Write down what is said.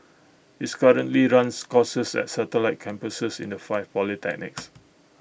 its currently runs courses at satellite campuses in the five polytechnics